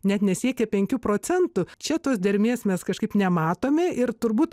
net nesiekia penkių procentų čia tos dermės mes kažkaip nematome ir turbūt